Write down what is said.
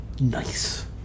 nice